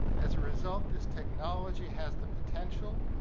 as a result this technology has the potential